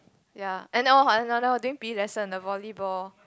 ya and I know another one during P_E lesson the volleyball